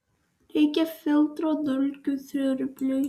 reikia filtro dulkių siurbliui